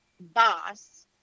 boss